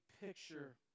picture